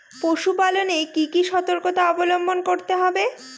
পশুপালন এ কি কি সর্তকতা অবলম্বন করতে হবে?